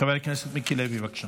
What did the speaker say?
חבר הכנסת מיקי לוי, בבקשה,